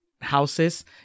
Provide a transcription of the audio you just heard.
houses